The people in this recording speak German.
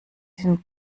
denn